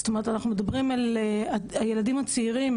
זאת אומרת אנחנו מדברים על הילדים הצעירים